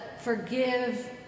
forgive